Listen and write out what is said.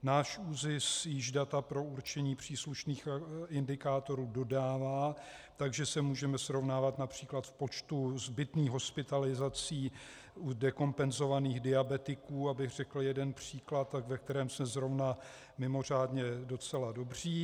Náš ÚZIS již data pro určení příslušných indikátorů dodává, takže se můžeme srovnávat například v počtu zbytných hospitalizací u dekompenzovaných diabetiků, abych řekl jeden příklad, ve kterém jsme zrovna mimořádně docela dobří.